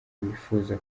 wifuza